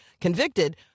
convicted